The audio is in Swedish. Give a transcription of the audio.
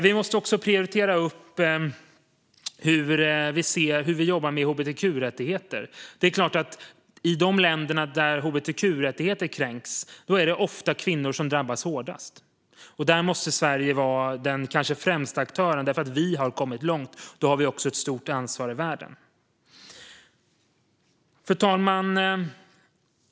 Vi måste också prioritera hur vi arbetar med hbtq-rättigheter. I de länder där hbtq-rättigheter kränks är det ofta kvinnor som drabbas hårdast. Där måste Sverige vara den kanske främsta aktören. Vi har kommit långt och har därför ett stort ansvar i världen. Fru talman!